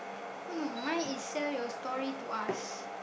what no mine is sell your story to us